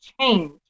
change